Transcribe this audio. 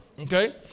Okay